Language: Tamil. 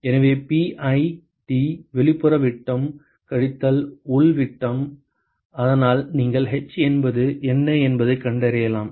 எனவே pi D வெளிப்புற விட்டம் கழித்தல் உள் விட்டம் அதனால் நீங்கள் h என்பது என்ன என்பதைக் கண்டறியலாம்